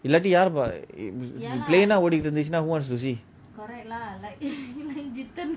இல்லாட்டி யாரு:illati yaaru plain eh ஓடிட்டு இருந்துச்சுன்னா:ooditu irunthuchina who wants to see